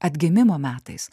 atgimimo metais